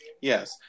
Yes